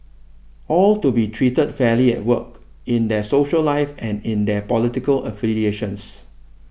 all to be treated fairly at work in their social life and in their political affiliations